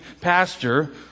pastor